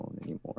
anymore